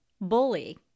bully